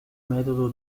metodo